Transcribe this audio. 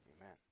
Amen